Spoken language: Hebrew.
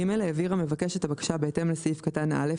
(ג)העביר המבקש את הבקשה בהתאם לסעיף קטן (א),